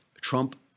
Trump